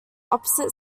opposite